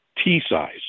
T-size